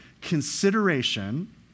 consideration